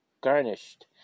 garnished